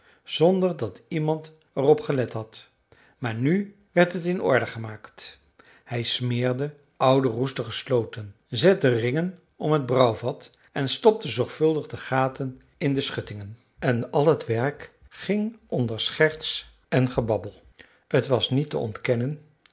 zonder dat iemand er op gelet had maar nu werd het in orde gemaakt hij smeerde oude roestige sloten zette ringen om het brouwvat en stopte zorgvuldig de gaten in de schuttingen en al t werk ging onder scherts en gebabbel t was niet te ontkennen